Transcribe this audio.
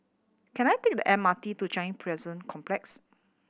can I take the M R T to Changi Prison Complex